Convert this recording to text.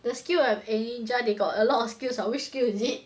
the skill of a ninja they got a lot of skills oh which skill is it